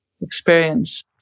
experience